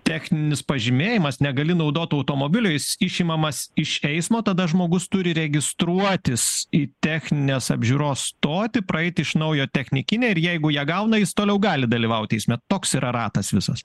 techninis pažymėjimas negali naudot automobilio jis išimamas iš eismo tada žmogus turi registruotis į techninės apžiūros stotį praeiti iš naujo technikinę ir jeigu ją gauna jis toliau gali dalyvaut eisme toks yra ratas visas